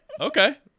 Okay